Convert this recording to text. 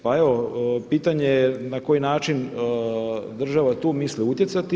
Pa evo pitanje je na koji način država tu misli utjecati.